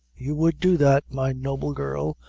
you would do that, my noble girl!